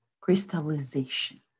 crystallization